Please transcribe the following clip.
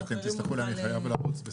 תסלחו לי, אני חייב לרוץ.